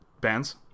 bands